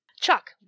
Chuck